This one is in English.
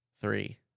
Three